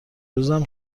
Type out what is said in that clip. روزم